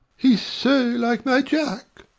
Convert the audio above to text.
he's so like my jack!